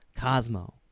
Cosmo